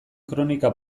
kronika